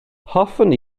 hoffwn